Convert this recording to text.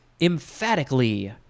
emphatically